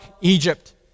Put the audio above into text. Egypt